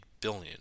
billion